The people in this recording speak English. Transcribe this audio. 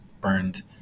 burned